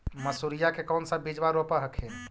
मसुरिया के कौन सा बिजबा रोप हखिन?